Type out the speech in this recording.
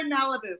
Malibu